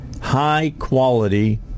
high-quality